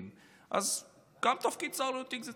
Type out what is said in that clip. אז גם תפקיד שר ללא תיק זה תפקיד מכובד,